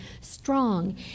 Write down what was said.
strong